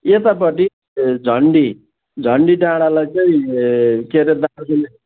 यतापट्टि झन्डी झन्डी डाँडालाई चाहिँ के अरे दार्जिलिङ